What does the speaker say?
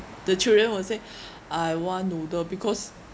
the children will say I want noodle because